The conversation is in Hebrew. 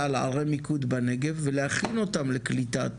על ערי מיקוד בנגב ולהכין אותם לקליטת